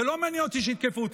זה לא מעניין אותי, שיתקפו אותי.